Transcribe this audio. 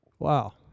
Wow